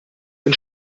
den